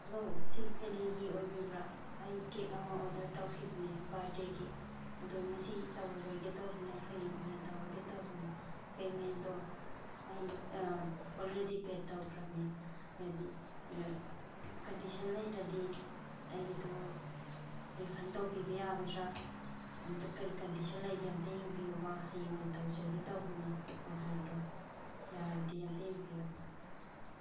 hello ꯁꯤ ꯑꯦꯂꯤꯒꯤ ꯑꯣꯏꯕꯤꯕ꯭ꯔ ꯑꯩ ꯀꯦꯛ ꯑꯃ ꯑꯣꯔꯗꯔ ꯇꯧꯈꯤꯕꯅꯦ ꯕꯥꯔꯗꯦꯒꯤ ꯑꯗꯨ ꯉꯁꯤ ꯇꯧꯔꯔꯣꯏꯒꯦ ꯇꯧꯕꯅꯦ ꯍꯌꯦꯡ ꯑꯣꯏꯅ ꯇꯧꯔꯒꯦ ꯇꯧꯕꯅꯤ ꯄꯦꯃꯦꯟꯗꯣ ꯑꯩ ꯑꯣꯜꯔꯦꯗꯤ ꯄꯦꯠ ꯇꯧꯈ꯭ꯔꯕꯅꯦ ꯍꯥꯏꯗꯤ ꯀꯟꯗꯤꯁꯟ ꯂꯩꯔꯗꯤ ꯑꯩꯒꯤꯗꯨ ꯔꯤꯐꯟ ꯇꯧꯕꯤꯕ ꯌꯥꯒꯗ꯭ꯔ ꯑꯝꯇ ꯀꯔꯤ ꯀꯟꯗꯤꯁꯟ ꯂꯩꯒꯦ ꯑꯝꯇ ꯌꯦꯡꯕꯤꯌꯨꯕ ꯍꯌꯦꯡ ꯑꯣꯏ ꯇꯧꯖꯔꯒꯦ ꯇꯧꯕꯅꯤ ꯑꯣꯔꯗꯔꯗꯣ ꯌꯥꯔꯗꯤ ꯑꯝꯇ ꯌꯦꯡꯕꯤꯌꯨ